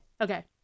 Okay